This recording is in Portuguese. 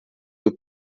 seu